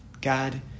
God